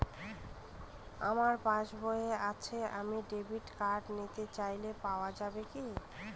আমার পাসবই আছে আমি ডেবিট কার্ড নিতে চাই পাওয়া যাবে কি?